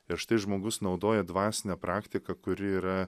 ir štai žmogus naudoja dvasinę praktiką kuri yra